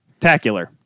Tacular